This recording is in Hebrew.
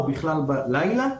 או בכלל בלילה.